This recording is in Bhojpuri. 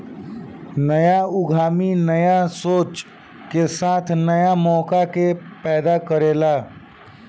न्या उद्यमी न्या सोच के साथे न्या मौका के पैदा करेला